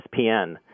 ESPN